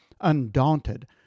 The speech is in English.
undaunted